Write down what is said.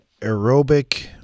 aerobic